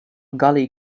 gully